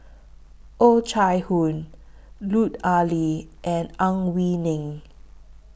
Oh Chai Hoo Lut Ali and Ang Wei Neng